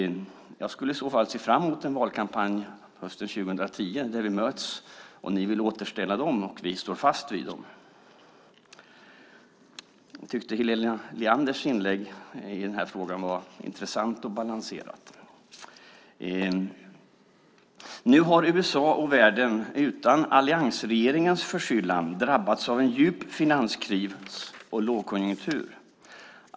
Jag skulle i så fall se fram mot en valkampanj hösten 2010 där vi möts och ni vill återställa dem och vi står fast vid dem. Jag tyckte att Helena Leanders inlägg i denna fråga var intressant och balanserat. Nu har USA och världen utan alliansregeringens förskyllan drabbats av en djup finanskris och lågkonjunktur.